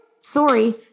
Sorry